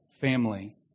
family